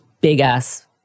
big-ass